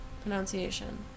Pronunciation